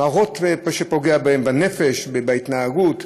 למראות שפוגעים בהם בנפש ובהתנהגות,